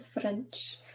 French